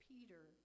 Peter